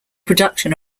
production